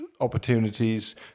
Opportunities